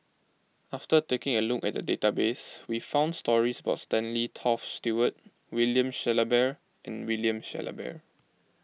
after taking a look at the database we found stories about Stanley Toft Stewart William Shellabear and William Shellabear